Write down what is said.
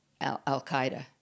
Al-Qaeda